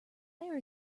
there